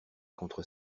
contre